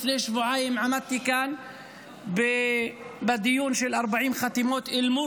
לפני שבועיים עמדתי כאן בדיון של 40 חתימות אל מול